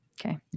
Okay